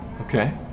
okay